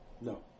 No